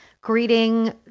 greeting